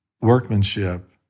workmanship